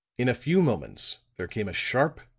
in a few moments there came a sharp,